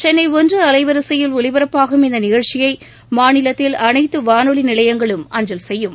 சென்னை ஒன்று அலைவரிசையில் ஒலிபரப்பாகும் இந்த நிகழ்ச்சியை மாநிலத்தில் அனைத்து வானொலி நிலையங்களும் அஞ்சல் செய்யும்